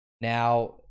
Now